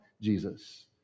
jesus